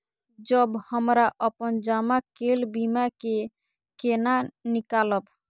जब हमरा अपन जमा केल बीमा के केना निकालब?